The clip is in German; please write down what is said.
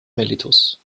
mellitus